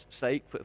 sake